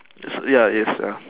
it's ya it's a